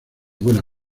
buena